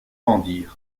rendirent